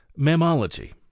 Mammology